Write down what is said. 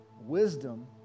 Wisdom